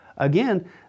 Again